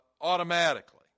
automatically